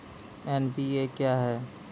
NPA क्या हैं?